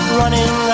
running